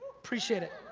appreciate it.